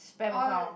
spam account